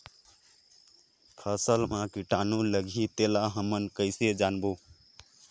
फसल मा कीटाणु लगही तेला हमन कइसे जानबो?